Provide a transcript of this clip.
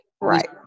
Right